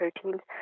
proteins